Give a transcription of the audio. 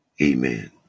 Amen